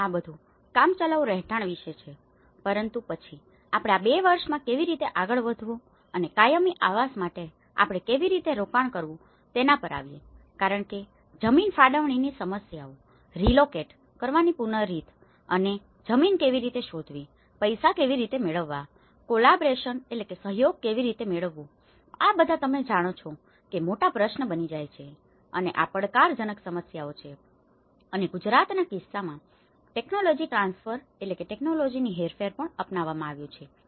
અને આ બધું કામચલાઉ રહેઠાણ વિશે છે પરંતુ પછી આપણે આ 2 વર્ષમાં કેવી રીતે આગળ વધવું અને કાયમી આવાસ માટે આપણે કેવી રીતે રોકાણ કરવું તેના પર આવીએ કારણ કે જમીન ફાળવણીની સમસ્યાઓ રીલોકેટrelocateપુનઃસ્થાપિત કરવાની રીત અને જમીન કેવી રીતે શોધવી પૈસા કેવી રીતે મેળવવા કોલાબોરેશનcollaborationsસહયોગકેવી રીતે મેળવવું આ બધા તમે જાણો છો કે મોટા પ્રશ્નો બની જાય છે અને આ પડકારજનક સમસ્યાઓ છે અને ગુજરાતના કિસ્સામાં ટેક્નોલોજી ટ્રાન્સફરtechnology transferટેકનોલોજીની હેરફેર પણ અપનાવવામાં આવ્યું છે